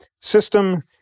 system